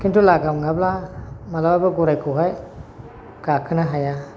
खिन्थु लागाम नङाब्ला माब्लाबाबो गरायखौहाय गाखोनो हाया